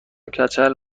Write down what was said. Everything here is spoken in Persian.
کچل